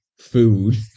food